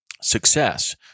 Success